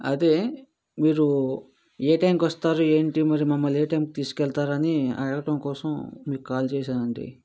అదే మీరు ఏ టైంకి వస్తారు ఏంటి మరి మమ్మల్ని ఏ టైం తీసుకెళ్తారు అని అడగడం కోసం మీకు కాల్ చేశానండి